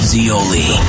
Zioli